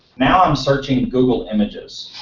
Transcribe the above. now i'm searching google images.